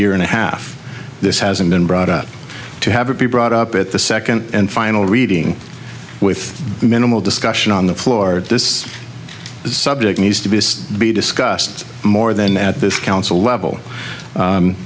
year and a half this hasn't been brought up to have a p brought up at the second and final reading with minimal discussion on the floor this subject needs to be be discussed more than at this council level